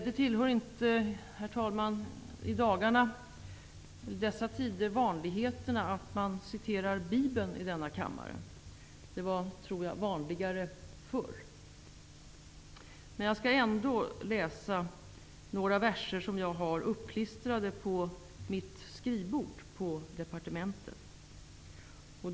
Det tillhör inte i dessa tider vanligheten, herr talman, att man citerar Bibeln i denna kammare. Det var, tror jag, vanligare förr. Men jag skall ändå läsa några verser som jag har uppklistrade på mitt skrivbord på departementet.